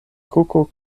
kuko